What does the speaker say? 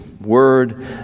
word